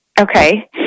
Okay